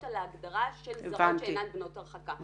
על ההגדרה של זרות שאינן בנות הרחקה.